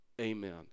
amen